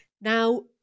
Now